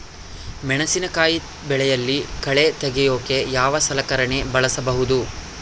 ಮೆಣಸಿನಕಾಯಿ ಬೆಳೆಯಲ್ಲಿ ಕಳೆ ತೆಗಿಯೋಕೆ ಯಾವ ಸಲಕರಣೆ ಬಳಸಬಹುದು?